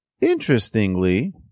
Interestingly